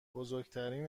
بزرگترین